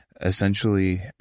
essentially